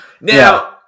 Now